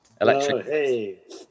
electric